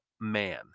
man